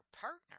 partner